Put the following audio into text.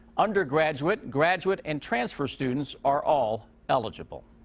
undergraduate, graduate and transfer students are all eligible.